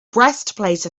breastplate